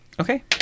Okay